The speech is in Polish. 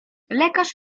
lekarz